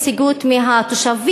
יש נציגות מהתושבים.